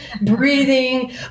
breathing